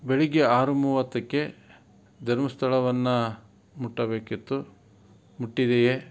ಬೆಳಿಗ್ಗೆ ಆರು ಮೂವತ್ತಕ್ಕೆ ಧರ್ಮಸ್ಥಳವನ್ನು ಮುಟ್ಟಬೇಕಿತ್ತು ಮುಟ್ಟಿದೆಯೇ